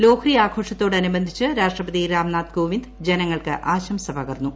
ലോഹ്റി ആഘോഷത്തോടനുബന്ധിച്ച് രാഷ്ട്രപതി രാം സ്ഥ് കോവിന്ദ് ജനങ്ങൾക്ക് ആശംസ പകർന്നു